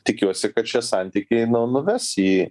tikiuosi kad šie santykiai nuves į